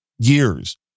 years